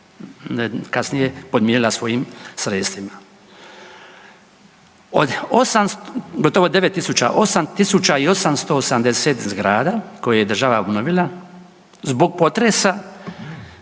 kasnije podmirila svojim sredstvima. Od gotovo 9 tisuća, 8 tisuća i 880 zgrada koje je država obnovila zbog potresa